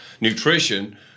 nutrition